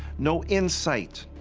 no insight.